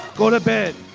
go to bed,